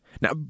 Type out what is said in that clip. Now